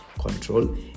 control